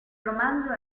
romanzo